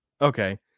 okay